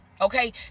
Okay